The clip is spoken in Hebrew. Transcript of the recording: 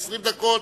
20 דקות,